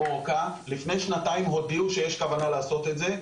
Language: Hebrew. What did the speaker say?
לפני שנתיים הודיעו שיש כוונה לעשות את זה.